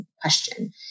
question